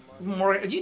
more